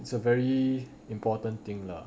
it's a very important thing lah